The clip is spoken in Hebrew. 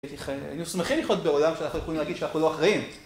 היינו שמחים לחיות בעולם שאנחנו יכולים להגיד שאנחנו לא אחראים.